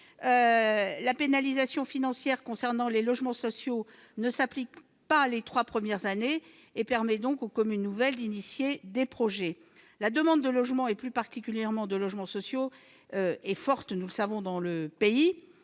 La pénalisation financière concernant les logements sociaux ne s'applique pas les trois premières années et permet donc aux communes nouvelles d'engager des projets. Nous le savons, la demande de logements, plus particulièrement de logements sociaux, est forte dans le pays.